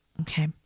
Okay